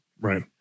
Right